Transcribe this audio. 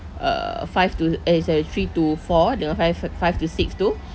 err five to eh sorry three to four dengan five five to six tu